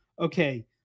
okay